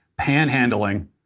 panhandling